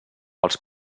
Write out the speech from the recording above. els